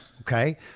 Okay